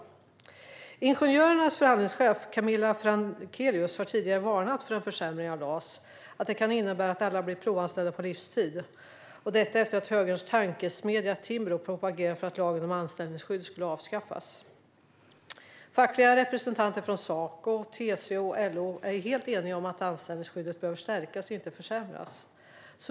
Sveriges Ingenjörers förhandlingschef, Camilla Frankelius, har tidigare varnat för att en försämring av LAS skulle kunna innebära att alla blir provanställda på livstid. Det gjorde hon efter att högerns tankesmedja Timbro hade propagerat för att lagen om anställningsskydd skulle avskaffas. Fackliga representanter från Saco, TCO och LO är helt eniga om att anställningsskyddet behöver stärkas och inte försämras.